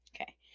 okay